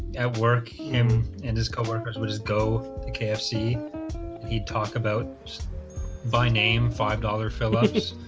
at work him and his co-workers would just go to kfc he'd talk about by name five dollars phillips